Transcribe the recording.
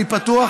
אני פתוח,